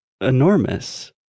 enormous